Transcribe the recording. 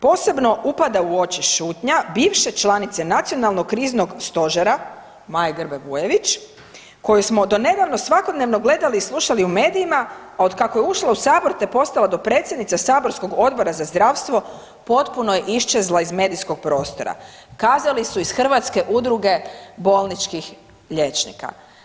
Posebno upada u oči šutnja bivše članice Nacionalnog kriznog stožera Maje Grbe Bujević koju smo donedavno svakodnevno gledali i slušali u medijima, a otkako je ušla u sabor i postala dopredsjednica saborskog Odbora za zdravstvo potpuno je iščezla iz medijskog prostora, kazali su iz Hrvatske udruge bolničkih liječnika.